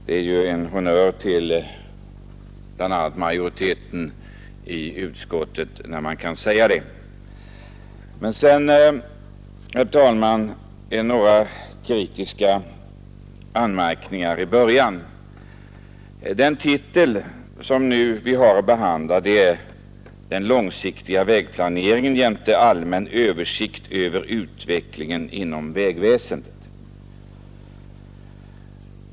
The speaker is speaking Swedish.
Det är ju en honnör till bl.a. majoriteten i utskottet, när man kan säga det. Men sedan, herr talman, några kritiska anmärkningar i början. Rubriken på det avsnitt som vi nu har att behandla är ”Den långsiktiga vägplaneringen m.m. jämte allmän översikt över utvecklingen inom vägväsendet”.